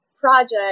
project